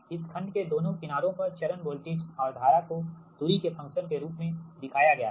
इस खंड के दोनों किनारों पर चरण वोल्टेज और धारा को दूरी के फंक्शन के रूप में दिखाया गया है